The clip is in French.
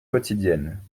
quotidiennes